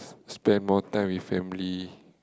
spend more time with family